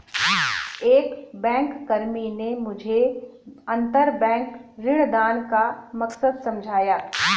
एक बैंककर्मी ने मुझे अंतरबैंक ऋणदान का मकसद समझाया